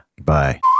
bye